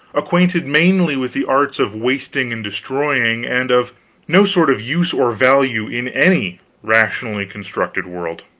acquainted mainly with the arts of wasting and destroying, and of no sort of use or value in any rationally constructed world.